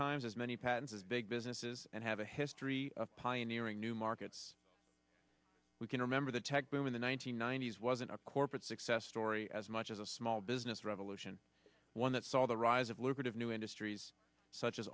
times as many patents as big businesses and have a history of pioneering new markets we can remember the tech boom in the one nine hundred ninety s wasn't a corporate success story as much as a small business revolution one that saw the rise of lucrative new industries such as